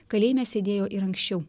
kalėjime sėdėjo ir anksčiau